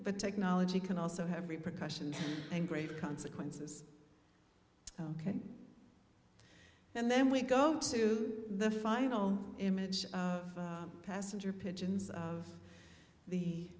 but technology can also have repercussions and great consequences ok and then we go to the final image of passenger pigeons of the